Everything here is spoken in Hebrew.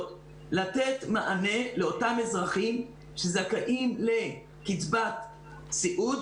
לתת מענה לאותם אזרחים שזכאים לקצבת סיעוד.